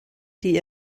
die